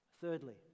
Thirdly